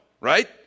right